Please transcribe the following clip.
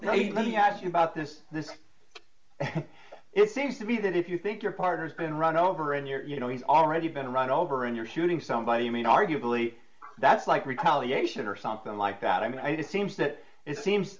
council let me ask c you about this this it seems to be that if you think your partner's been run over and you're you know he's already been run over and you're shooting somebody you mean arguably that's like retaliation or something like that i mean i did seems that it seems